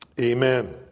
amen